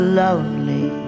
lonely